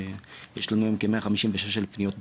יש לנו כ-156,000 פניות בשנה,